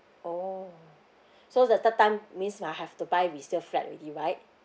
oh so the third time means I have to buy resale flat already right